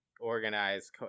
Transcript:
organize